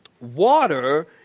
Water